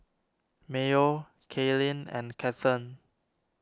Mayo Kaylyn and Cathern